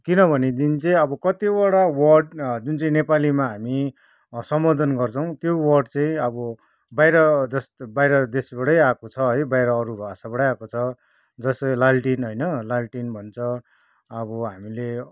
किनभनेदेखि चाहिँ अब कतिवटा वर्ड जुन चाहिँ नेपालीमा हामी सम्बोधन गर्छौँ त्यो वर्ड चाहिँ अब बाहिर जस बाहिर देशबाटै आएको छ है बाहिर अरू भाषाबाटै आएको छ जस्तै लालटिन होइन लालटिन भन्छ अब हामीले